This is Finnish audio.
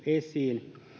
esiin